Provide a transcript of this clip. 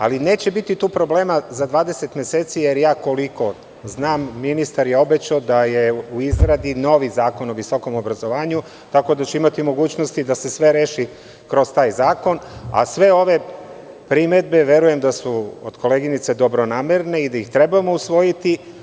Ali, neće biti tu problema za 20 meseci jer, koliko znam, ministar je obećao da je u izradi novi zakon o visokom obrazovanju, tako da će imati mogućnosti da se sve reši kroz taj zakon, a sve ove primedbe verujem da su od koleginice dobronamerne i da ih trebamo usvojiti.